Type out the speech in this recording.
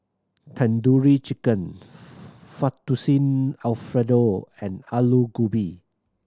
Tandoori Chicken Fettuccine Alfredo and Alu Gobi